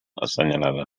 assenyalada